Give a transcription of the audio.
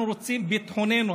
אנחנו רוצים את ביטחוננו,